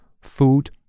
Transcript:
food